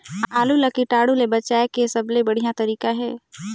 आलू ला कीटाणु ले बचाय के सबले बढ़िया तारीक हे?